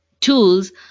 tools